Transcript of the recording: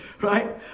Right